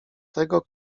tego